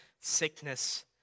sickness